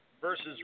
versus